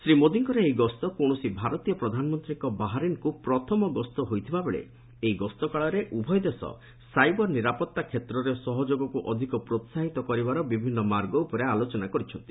ଶ୍ରୀ ମୋଦୀଙ୍କର ଏହି ଗସ୍ତ କୌଣସି ଭାରତୀୟ ପ୍ରଧାନମନ୍ତ୍ରୀଙ୍କର ବାହାରିନ୍କୁ ପ୍ରଥମ ଗସ୍ତ ହୋଇଥିବା ବେଳେ ଏହି ଗସ୍ତ କାଳରେ ଉଭୟ ଦେଶ ସାଇବର ନିରାପତ୍ତା କ୍ଷେତ୍ରରେ ସହଯୋଗକୁ ଅଧିକ ପ୍ରେସାହିତ କରିବାର ବିଭିନ୍ନ ମାର୍ଗ ଉପରେ ଆଲୋଚନା କରିଛନ୍ତି